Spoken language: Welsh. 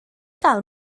gael